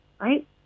right